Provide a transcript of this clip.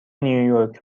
نییورک